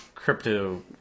Crypto